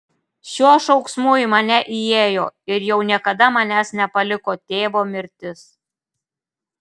šiuo šauksmu į mane įėjo ir jau niekada manęs nepaliko tėvo mirtis